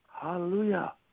Hallelujah